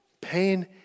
Pain